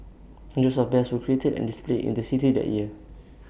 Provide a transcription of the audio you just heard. hundreds of bears were created and displayed in the city that year